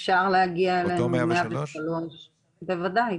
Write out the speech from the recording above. אפשר להגיע אלינו, 103. בוודאי.